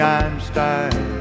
Einstein